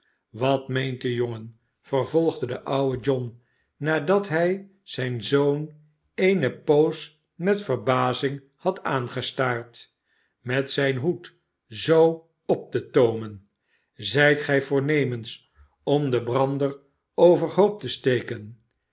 wat meent de jongen vervolgde de oude john nadat hij zijn zoon eene poos met verbazing had aangestaard met zijn hoed zoo op te toomen zijt gij voornemens om den brander overhoop te steken